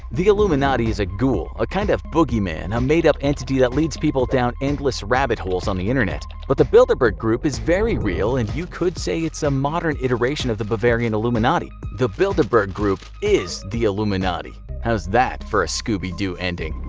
the illuminati is a ghoul, a kind of boogeyman, a made up entity that leads people down endless rabbit holes on the internet, but the bilderberg group is very real and you could say it's the modern iteration of the bavarian illuminati. the bilderberg group is the illuminati how's that for a scooby-doo ending.